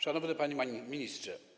Szanowny Panie Ministrze!